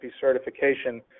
certification